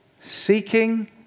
seeking